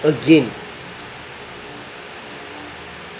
again